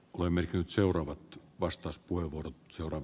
olemme nyt seuraavat vastauspuheenvuoron seuran